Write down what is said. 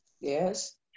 Yes